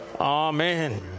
Amen